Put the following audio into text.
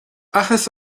áthas